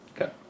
Okay